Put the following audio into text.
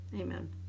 amen